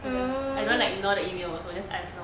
I don't want like ignore the email also so just ask lor